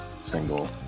single